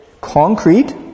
concrete